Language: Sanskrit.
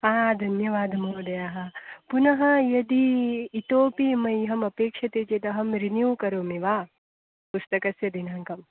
आ धन्यवादः महोदयाः पुनः यदि इतोऽपि मह्यम् अपेक्ष्यते चेत् अहं रिन्यू करोमि वा पुस्तकस्य दिनाङ्कम्